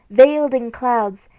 veiled in clouds,